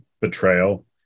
betrayal